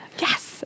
Yes